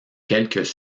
quelques